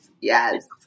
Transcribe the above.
yes